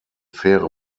faire